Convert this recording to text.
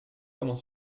comment